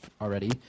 already